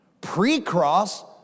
Pre-cross